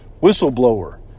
whistleblower